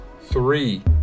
three